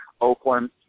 Oakland